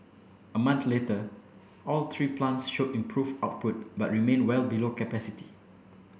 a month later all three plants showed improved output but remained well below capacity